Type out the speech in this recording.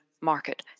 market